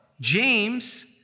James